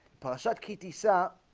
parashat ki tisa